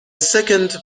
second